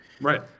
Right